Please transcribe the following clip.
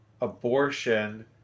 abortion